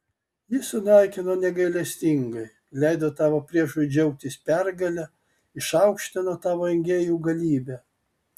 jis sunaikino negailestingai leido tavo priešui džiaugtis pergale išaukštino tavo engėjų galybę